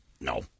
no